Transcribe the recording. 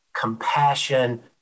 compassion